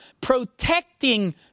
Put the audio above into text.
protecting